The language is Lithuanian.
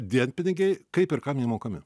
dienpinigiai kaip ir kam jie mokami